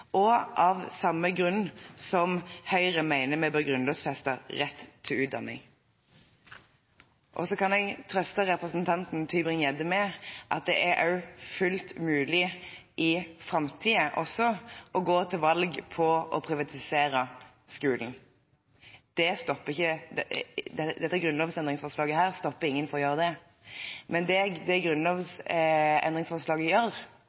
alle, av hensyn til demokratiet og av samme grunn som Høyre mener vi bør grunnlovfeste rett til utdanning. Så kan jeg trøste representanten Tybring-Gjedde med at det er fullt mulig også i framtiden å gå til valg på å privatisere skolen. Dette grunnlovsendringsforslaget stopper ingen fra å gjøre det. Men det grunnlovsendringsforslaget gjør,